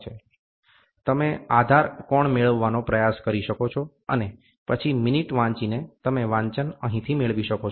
તેથી તમે આધાર કોણ મેળવવાનો પ્રયાસ કરી શકો છો અને પછી મિનિટ વાંચીને તમે વાંચન અહીંથી મેળવી શકો છો